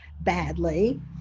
badly